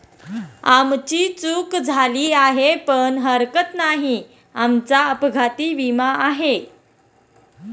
आमची चूक झाली आहे पण हरकत नाही, आमचा अपघाती विमा आहे